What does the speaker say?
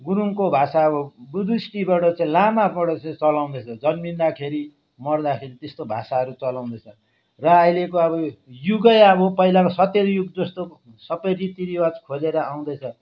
गुरुङको भाषा अब बुद्धिस्टबाट चाहिँ लामाबाट चाहिँ चलाउँदैछ जन्मिँदाखेरि मर्दाखेरि त्यस्तो भाषाहरू चलाउँदैछ र अहिलेको अब युगै अब पहिलाको सत्य युग जस्तो सबै रीति रिवाज खोजेर आउँदैछ